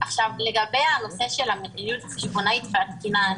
לגבי הנושא של המדיניות החשבונאית והתקינה,